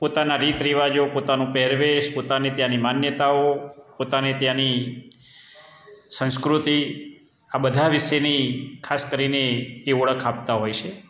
પોતાના રીત રિવાજો પોતાનું પહેરવેશ પોતાને ત્યાંની માન્યતાઓ પોતાને ત્યાંની સંસ્કૃતિ આ બધા વિશેની ખાસ કરીને એ ઓળખ આપતા હોય છે